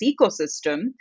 ecosystem